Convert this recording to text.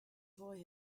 boy